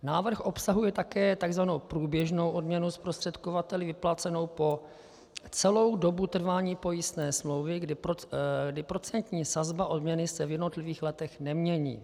Návrh obsahuje také tzv. průběžnou odměnu zprostředkovateli vyplácenou po celou dobu trvání pojistné smlouvy, kdy procentní sazba odměny se v jednotlivých letech nemění.